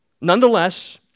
Nonetheless